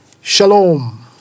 Shalom